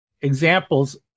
examples